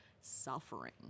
suffering